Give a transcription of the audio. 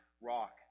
rock